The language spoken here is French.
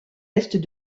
est